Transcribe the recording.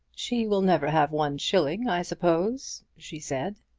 she will never have one shilling, i suppose? she said.